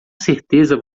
certeza